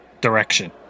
direction